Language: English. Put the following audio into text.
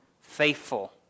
faithful